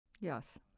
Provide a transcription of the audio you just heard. Yes